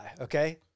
okay